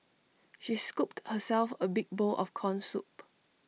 she scooped herself A big bowl of Corn Soup